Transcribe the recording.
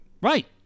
Right